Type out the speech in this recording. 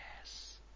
Yes